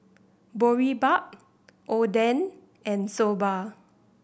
Boribap Oden and Soba